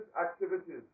activities